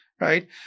right